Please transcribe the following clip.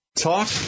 Talk